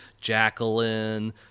Jacqueline